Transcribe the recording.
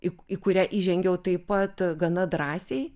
ik į kurią įžengiau taip pat gana drąsiai